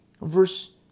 verse